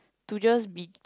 to just be